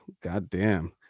Goddamn